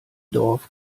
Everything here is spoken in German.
dorf